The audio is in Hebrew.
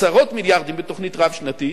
עשרות מיליארדים בתוכנית רב-שנתית,